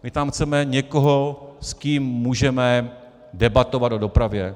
My tam chceme někoho, s kým můžeme debatovat o dopravě.